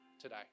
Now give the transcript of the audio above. today